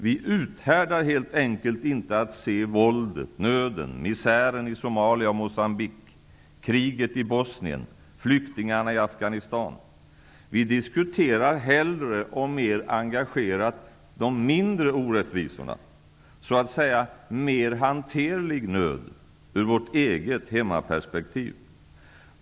Vi uthärdar helt enkelt inte att se våldet, nöden, misären i Somalia och Mocambique, kriget i Bosnien, flyktingarna i Afghanistan. Vi diskuterar hellre och mer engagerat de mindre orättvisorna, så att säga mer hanterlig nöd, ur vårt eget hemmaperspektiv.